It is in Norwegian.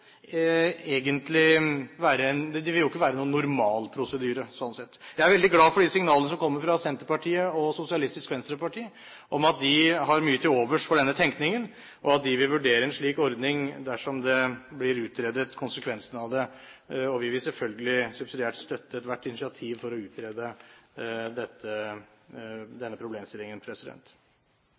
være noen normalprosedyre, sånn sett. Jeg er veldig glad for de signaler som kommer fra Senterpartiet og Sosialistisk Venstreparti om at de har mye til overs for denne tenkningen, og at de vil vurdere en slik ordning dersom konsekvensene av det blir utredet. Vi vil selvfølgelig subsidiært støtte ethvert initiativ for å utrede denne problemstillingen.